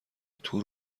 تور